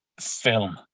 film